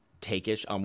take-ish